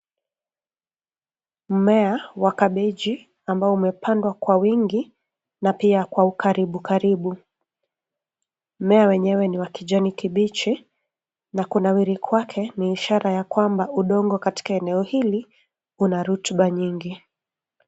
Mmea wa kabeji ambao umepandwa kwa wingi na pia kwa ukaribukaribu. Mmmea wenyewe ni wa kijani kibichi na kunawiri kwake ni ishara ya kwamba udongo katika eneo hili una rutba mingi.